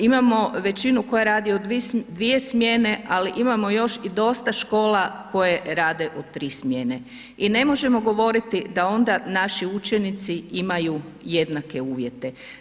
Imamo većinu koja radi u dvije smjene ali imamo još i dosta škola koje rade u tri smjene i ne možemo govoriti da onda naši učenici imaju jednake uvjete.